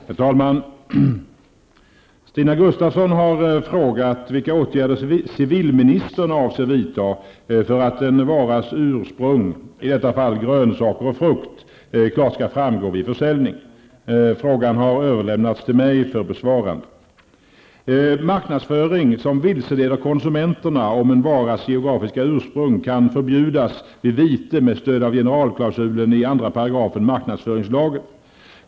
Herr talman! Stina Gustavsson har frågat vilka åtgärder civilministern avser vidta för att en varas ursprung -- i detta fall grönsaker och frukt -- klart skall framgå vid försäljning. Frågan har överlämnats till mig för besvarande. Marknadsföring som vilseleder konsumenterna om en varas geografiska ursprung kan förbjudas vid vite med stöd av generalklausulen i 2 § marknadsföringslagen.